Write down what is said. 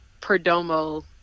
Perdomo